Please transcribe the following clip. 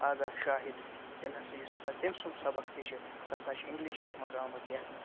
آگاہ شاہِد تٔمۍ ہسا یُس ہسا تٔمۍ سُنٛد سبق تہِ چھِ سُہ ہسا چھِ اِنٛگلِشَس منٛز آمُت لٮ۪کھنہٕ